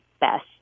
best